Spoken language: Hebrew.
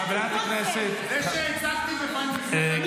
חברת הכנסת מירב בן ארי.